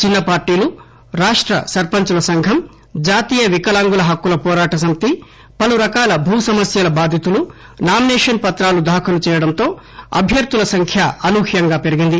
చిన్స పార్టీలు రాష్ట సర్పంచుల సంఘం జాతీయ వికలాంగుల హక్కుల పోరాట సమితి పలు రకాల భూసమస్యల బాధితులు నామిసేషన్ పత్రాలు దాఖలు చేయడంతో అభ్యర్థుల సంఖ్య అనూహ్యంగా పెరిగింది